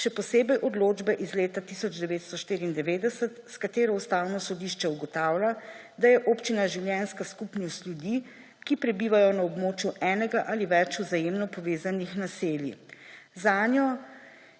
še posebej odločbe iz leta 1994, s katero Ustavno sodišče ugotavlja, da je občina življenjska skupnost ljudi, ki prebivajo na območju enega ali več vzajemno povezanih naselij. Zanjo